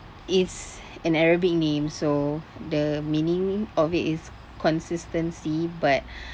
it's an arabic name so the meaning of it is consistency but